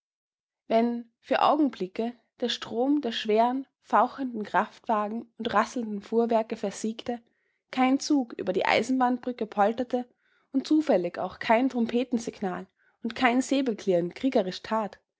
wenn für augenblicke der strom der schweren fauchenden kraftwagen und rasselnden fuhrwerke versiegte kein zug über die eisenbahnbrücke polterte und zufällig auch kein trompetensignal und kein säbelklirren kriegerisch tat